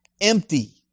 empty